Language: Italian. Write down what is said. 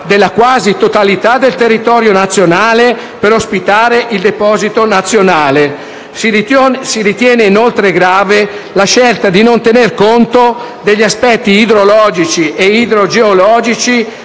della quasi totalità del territorio nazionale per ospitare il Deposito nazionale. Si ritiene inoltre grave la scelta di non tenere conto degli aspetti idrologici ed idrogeologici